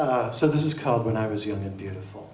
us so this is called when i was young and beautiful